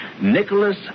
Nicholas